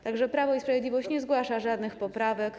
Tak że Prawo i Sprawiedliwość nie zgłasza żadnych poprawek.